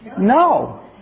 No